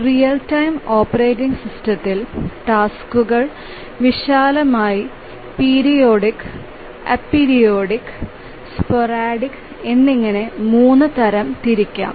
ഒരു real time operating സിസ്റ്റത്തിൽ ടാസ്ക്കുകൾ വിശാലമായി പീരിയോഡിക് അപീരിയോഡിക് സ്പോറാഡിക് എന്നിങ്ങനെ മൂന്ന് തരം തിരിക്കാം